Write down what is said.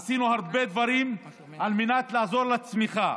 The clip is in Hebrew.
עשינו הרבה דברים על מנת לעזור לצמיחה.